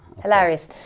Hilarious